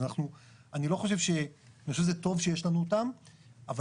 אני חושב שזה טוב שיש לנו אותם אבל